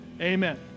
amen